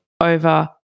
over